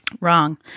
Wrong